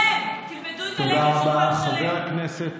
לך.